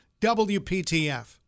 WPTF